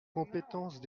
compétences